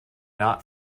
not